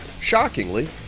shockingly